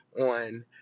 on